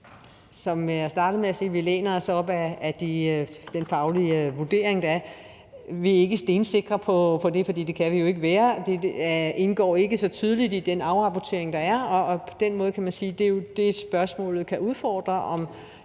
læner vi os op ad den faglige vurdering, der er. Vi er ikke stensikre på det, for det kan vi jo ikke være. Det indgår ikke så tydeligt i den afrapportering, der er, og på den måde kan man sige, at det, spørgsmålet kan udfordre,